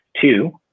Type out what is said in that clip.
Two